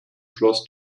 schloss